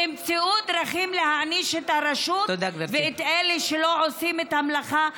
תמצאו דרכים להעניש את הרשות ואת אלה שלא עושים את המלאכה,